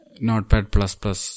notepad